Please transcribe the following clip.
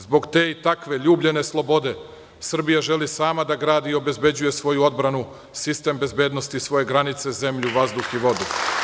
Zbog te i takve ljubljene slobode Srbija želi sama da gradi i obezbeđuje svoju odbranu, sistem bezbednosti, svoje granice, zemlju, vazduh i vodu.